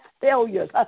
failures